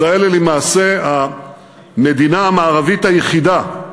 ישראל היא למעשה המדינה המערבית היחידה,